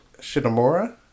Shinomura